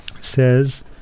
says